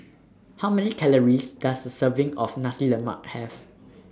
How Many Calories Does A Serving of Nasi Lemak Have